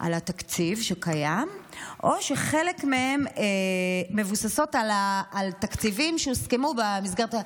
על התקציב שקיים או שחלק מהן מבוססות על תקציבים שהוסכמו במסגרת,